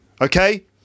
Okay